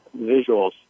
visuals